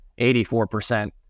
84%